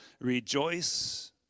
Rejoice